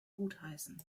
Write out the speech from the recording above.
gutheißen